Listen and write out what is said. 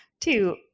Two